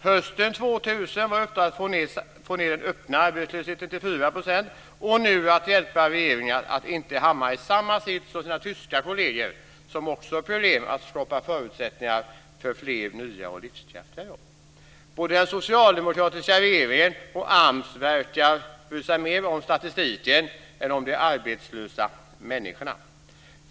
Hösten 2000 var det att få ned den öppna arbetslösheten till 4 % och nu att hjälpa regeringen att inte hamna i samma sits som dess tyska kolleger, som också har problem med att skapa förutsättningar för fler nya och livskraftiga jobb. Både den socialdemokratiska regeringen och AMS verkar bry sig mer om statistiken än om de arbetslösa människorna.